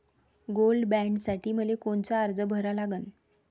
Gold बॉण्डसाठी मले कोनचा अर्ज भरा लागन?